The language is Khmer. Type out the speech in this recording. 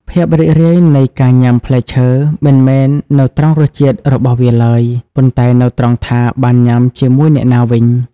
ភាពរីករាយនៃការញ៉ាំផ្លែឈើមិនមែននៅត្រង់រសជាតិរបស់វាឡើយ ប៉ុន្តែនៅត្រង់ថាបានញ៉ាំជាមួយអ្នកណាវិញ។